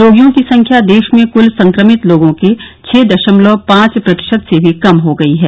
रोगियों की संख्या देश में कुल संक्रमित लोगों के छः दशमलव पांच प्रतिशत से भी कम हो गई है